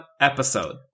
episode